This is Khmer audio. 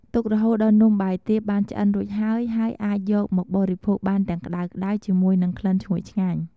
ទុករហូតដល់ នំបាយទ្រាបបានឆ្អិនរួចហើយ ហើយអាចយកមកបរិភោគបានទាំងក្តៅៗជាមួយនឹងក្លិនឈ្ងុយឆ្ងាញ់។